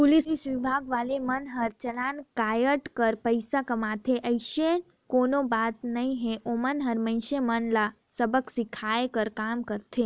police विभाग वाले मन हर चलान कायट कर पइसा कमाथे अइसन कोनो बात नइ हे ओमन हर मइनसे मन ल सबक सीखये कर काम करथे